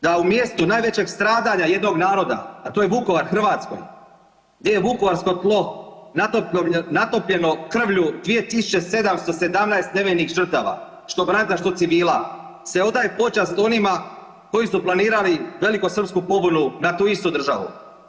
Da u mjestu najvećeg stradanja jednog naroda, a to je Vukovar u Hrvatskoj, gdje je vukovarsko tlo natopljeno krvlju 2717 nevinih žrtava, što branitelja, što civila, se odaje počast onima koji su planirali velikosrpsku pobunu na tu istu državu.